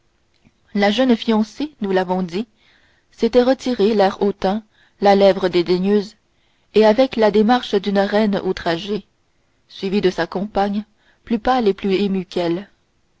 la jeune fiancée nous l'avons dit s'était retirée l'air hautain la lèvre dédaigneuse et avec la démarche d'une reine outragée suivie de sa compagne plus pâle et plus